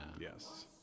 Yes